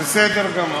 בסדר גמור.